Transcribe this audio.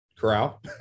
corral